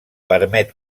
permet